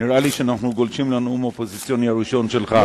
נראה לי שאנחנו גולשים לנאום האופוזיציוני הראשון שלך.